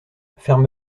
ferme